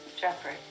Jeffrey